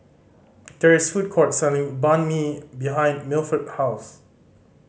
there is a food court selling Banh Mi behind Milford house